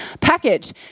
package